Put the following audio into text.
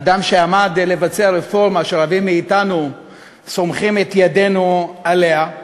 אדם שעמד לבצע רפורמה שרבים מאתנו סומכים את ידינו עליה.